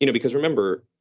you know because remember,